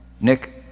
Nick